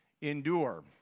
endure